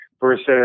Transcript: versus